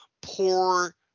poor